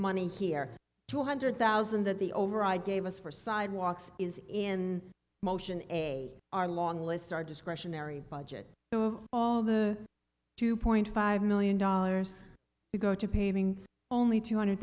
money here two hundred thousand that the override gave us for sidewalks is in motion a our long list our discretionary budget of all the two point five million dollars to go to painting only two hundred